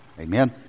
Amen